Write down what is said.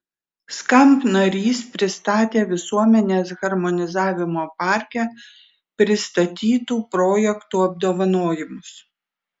skamp narys pristatė visuomenės harmonizavimo parke pristatytų projektų apdovanojimus